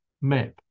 map